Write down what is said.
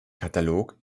katalog